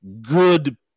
good